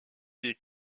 des